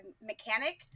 mechanic